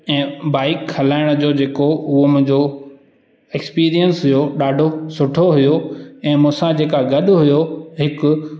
ऐं बाईक हलाइण जो जेको उहो मुंहिंजो एक्सपीरियंस हुयो ॾाढो सुठो हुयो ऐं मूंसां जेको गॾु हुयो हिकु